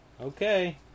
Okay